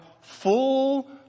full